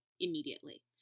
immediately